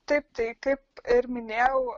taip tai kaip ir minėjau